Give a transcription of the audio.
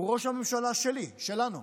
הוא ראש הממשלה שלי, שלנו,